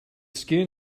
skin